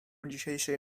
dzisiejszej